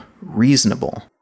reasonable